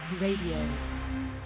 Radio